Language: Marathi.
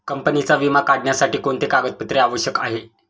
कंपनीचा विमा काढण्यासाठी कोणते कागदपत्रे आवश्यक आहे?